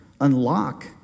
unlock